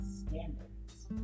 standards